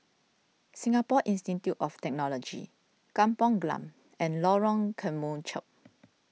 Singapore Institute of Technology Kampong Glam and Lorong Kemunchup